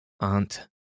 aunt